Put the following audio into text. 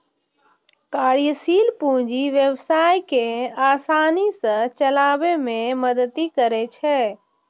कार्यशील पूंजी व्यवसाय कें आसानी सं चलाबै मे मदति करै छै